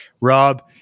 Rob